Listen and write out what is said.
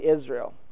Israel